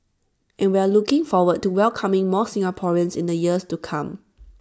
and we're looking forward to welcoming more Singaporeans in the years to come